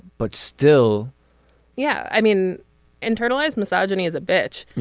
but still yeah i mean internalized misogyny is a bitch.